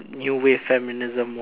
new wave feminism or